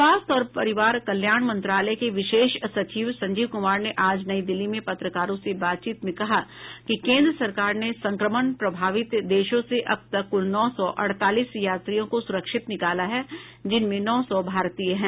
स्वास्थ्य और परिवार कल्याण मंत्रालय के विशेष सचिव संजीव कुमार ने आज नई दिल्ली में पत्रकारों से बातचीत में कहा कि केन्द्र सरकार ने संक्रमण प्रभावित देशों से अब तक कुल नौ सौ अड़तालीस यात्रियों को सुरक्षित निकाला है जिनमें नौ सौ भारतीय हैं